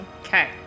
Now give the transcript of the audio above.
Okay